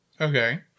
Okay